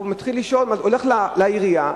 הוא הולך לעירייה,